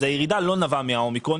אז הירידה לא נבעה מן האומיקרון,